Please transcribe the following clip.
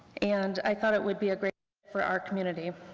and i thought it would be a great for our community.